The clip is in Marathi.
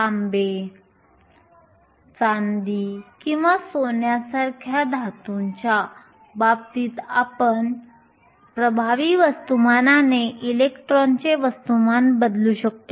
तांबे चांदी किंवा सोन्यासारख्या धातूंच्या बाबतीत आपण प्रभावी वस्तुमानाने इलेक्ट्रॉनचे वस्तुमान बदलू शकतो